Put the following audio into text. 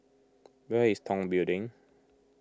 where is Tong Building